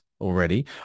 already